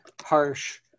harsh